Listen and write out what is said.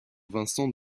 vincent